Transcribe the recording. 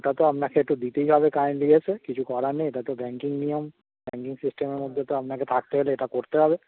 ওটা তো আপনাকে একটু দিতেই হবে কাইন্ডলি এসে কিছু কর নে এটা তো ব্যাংকিং নিয়ম ব্যাংকিং সিস্টেমের মধ্যে তো আপনাকে থাকতে হলে এটা করতে হবে